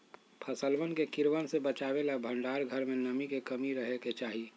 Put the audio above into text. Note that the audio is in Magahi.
फसलवन के कीड़वन से बचावे ला भंडार घर में नमी के कमी रहे के चहि